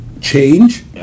change